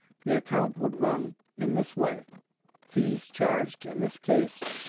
the account would run in this way fees charged in this case.